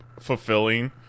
fulfilling